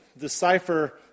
decipher